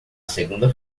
segunda